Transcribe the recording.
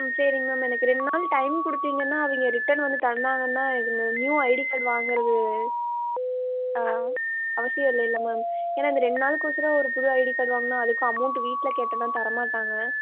ம் சரி மேம் எனக்கு ரெண்டு நாள் டைம் கொடுத்தீங்கன்னா அவங்க ரிட்டன் வந்து தந்தாங்கன்னா எனக்கு நியூ ஐடி கார்டு வாங்குறது ஆ அவசியம் இல்லேல்ல மேம் ஏன்னா இந்த ரெண்டு நாள்க்கோசரம் ஒரு புது ஐடி கார்டு வாங்குனால் அதுக்கும் அமௌண்ட் வீட்டில் கேட்டேனா தரமாட்டாங்க